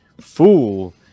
fool